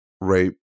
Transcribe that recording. rape